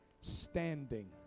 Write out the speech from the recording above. Standing